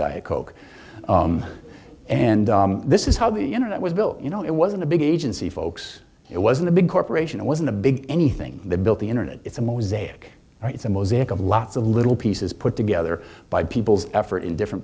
diet coke and this is how the internet was built you know it wasn't a big agency folks it wasn't a big corporation it wasn't a big anything they built the internet it's a mosaic it's a mosaic of lots of little pieces put together by people's effort in different